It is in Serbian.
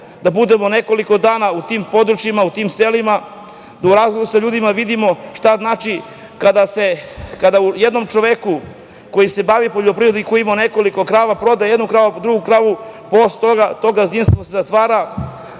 da budemo nekoliko dana u tim područjima, u tim selima, da u razgovoru sa ljudima vidimo šta znači kada jedan čovek koji se bavi poljoprivredom i koji je imao nekoliko krava, proda jednu kravu, drugu kravu, posle toga to gazdinstvo se zatvara,